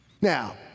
Now